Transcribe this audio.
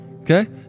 Okay